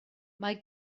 mae